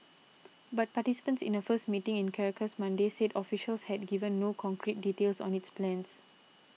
but participants in a first meeting in Caracas Monday said officials had given no concrete details on its plans